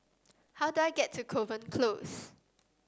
how do I get to Kovan Close